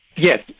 yes.